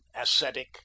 ascetic